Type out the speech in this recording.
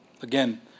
Again